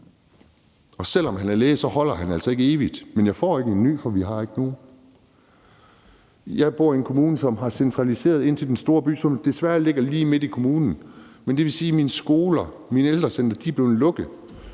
selv om han er læge, ikke holder evigt. Men jeg får ikke en ny læge, fordi vi ikke har nogen. Jeg bor i en kommune, som har centraliseret ind til den store byzone, som desværre ligger lige midt i kommunen, men det vil sige, at mine skoler og mine ældrecentre er blevet lukket.